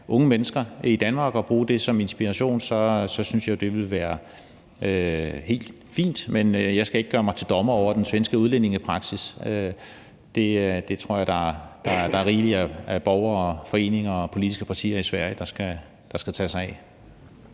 unge mennesker i Danmark, og bruge det som inspiration, synes jeg det vil være helt fint. Men jeg skal ikke gøre mig til dommer over den svenske udlændingepraksis. Det tror jeg der er rigeligt af borgere, foreninger og politiske partier i Sverige der nok skal tage sig af.